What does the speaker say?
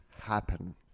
happen